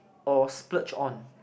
or splurge on